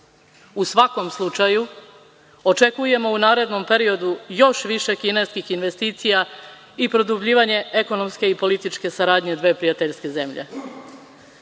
svakom slučaju, očekujemo u narednom periodu još više kineskih investicija i produbljivanje ekonomske i političke saradnje dve prijateljske zemlje.Zašto